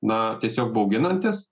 na tiesiog bauginantis